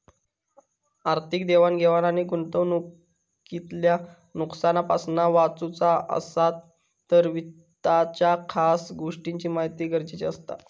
आर्थिक देवाण घेवाण आणि गुंतवणूकीतल्या नुकसानापासना वाचुचा असात तर वित्ताच्या खास गोष्टींची महिती गरजेची असता